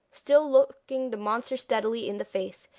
still looking the monster steadily in the face,